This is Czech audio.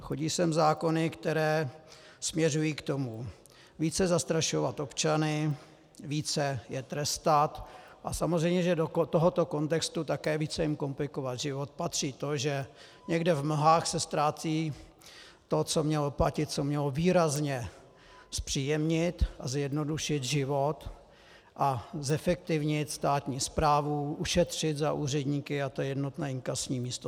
Chodí sem zákony, které směřují k tomu, více zastrašovat občany, více je trestat, a samozřejmě, že do tohoto kontextu také více jim komplikovat život patří to, že někde v mlhách se ztrácí to, co mělo platit, co mělo výrazně zpříjemnit a zjednodušit život a zefektivnit státní správu, ušetřit za úředníky, a to je jednotné inkasní místo.